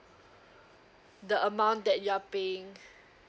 the amount that you are paying